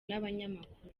n’abanyamakuru